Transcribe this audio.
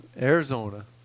Arizona